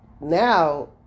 Now